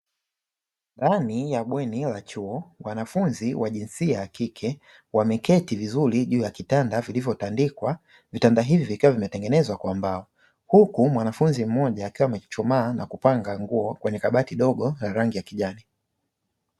Ndani ya bweni la chuo wanafunzi wa jinsia ya kike wameketi vizuri juu ya kitanda vilivotandikwa, vitanda hivi vikiwa vimetengenezwa kwa mbao. Huku mwanafunzi mmoja akiwa amechuchumaa na kupanga nguo kwenye kabati ndogo ya kijani.